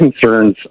concerns